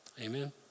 Amen